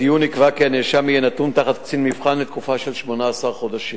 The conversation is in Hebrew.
בדיון נקבע כי הנאשם יהיה נתון תחת קצין מבחן לתקופה של 18 חודשים.